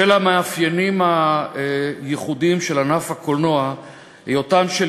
בשל המאפיינים הייחודים של ענף הקולנוע, היותן של